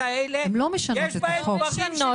האלה יש ----- הן לא משנות את החוק.